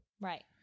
Right